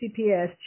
CPS